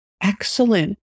Excellent